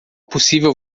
possível